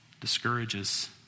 discourages